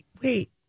wait